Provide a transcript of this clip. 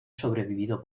sobrevivido